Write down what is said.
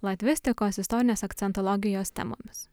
latvistikos istorinės akcentologijos temomis